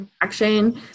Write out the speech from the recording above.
Action